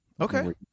Okay